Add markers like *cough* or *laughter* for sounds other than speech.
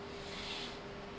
*breath*